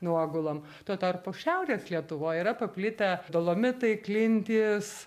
nuogulom tuo tarpu šiaurės lietuvoj yra paplitę dolomitai klintys